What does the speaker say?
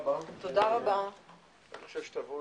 הישיבה